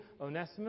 Onesimus